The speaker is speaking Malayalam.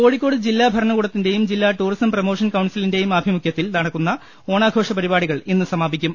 കോഴിക്കോട് ജില്ലാ ഭരണകൂടത്തിന്റേയും ജില്ലാ ടൂറിസം പ്രൊമോഷൻ കൌൺസിലിന്റേയും ആഭിമുഖ്യത്തിൽ നടക്കുന്ന ഓണാഘോഷ പരിപാടികൾ ഇന്ന് സമാപിക്കും